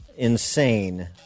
Insane